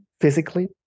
physically